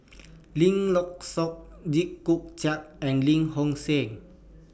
Lim Lock Suan Jit Koon Ch'ng and Lim Home Siew